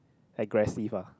aggressive ah